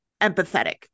empathetic